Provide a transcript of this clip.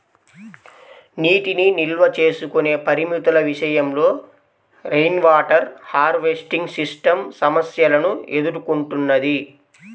నీటిని నిల్వ చేసుకునే పరిమితుల విషయంలో రెయిన్వాటర్ హార్వెస్టింగ్ సిస్టమ్ సమస్యలను ఎదుర్కొంటున్నది